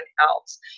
else